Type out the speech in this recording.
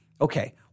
okay